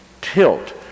tilt